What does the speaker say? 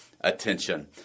attention